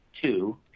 two